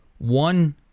One